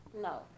No